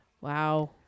Wow